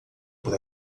por